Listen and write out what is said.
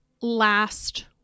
last